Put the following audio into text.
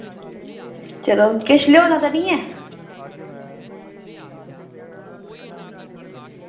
चलो किश लैआना ते निं ऐ